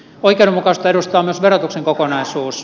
oikeudenmukaisuutta edustaa myös verotuksen kokonaisuus